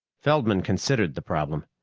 feldman considered the problem.